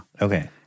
Okay